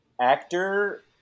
Actor